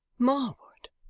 marwood,